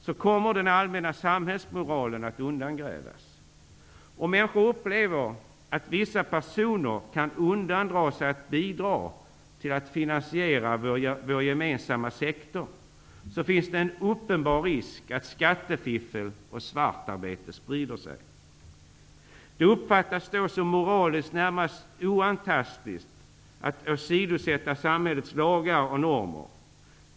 Då kommer den allmänna samhällsmoralen att undergrävas. Om människor upplever att vissa personer kan undandra sig att bidra till att finansiera vår gemensamma sektor finns det en uppenbar risk att skattefiffel och svartarbete sprider sig. Det uppfattas då som närmast moraliskt oantastligt att åsidosätta samhällets lagar och normer.